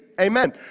Amen